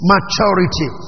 Maturity